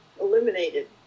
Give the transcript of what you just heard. eliminated